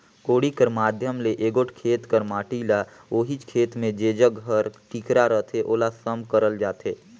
कोड़ी कर माध्यम ले एगोट खेत कर माटी ल ओहिच खेत मे जेजग हर टिकरा रहथे ओला सम करल जाथे